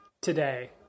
today